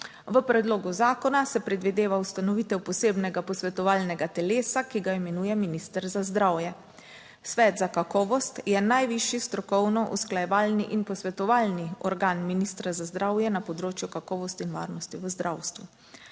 V predlogu zakona se predvideva ustanovitev posebnega posvetovalnega telesa, ki ga imenuje minister za zdravje. Svet za kakovost je najvišji strokovno usklajevalni in posvetovalni organ ministra za zdravje na področju kakovosti in varnosti v zdravstvu.